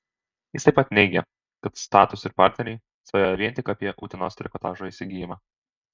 jis taip pat neigė kad status ir partneriai svajoja vien tik apie utenos trikotažo įsigijimą